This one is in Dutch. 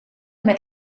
met